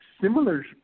similar